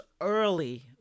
early